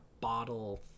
bottle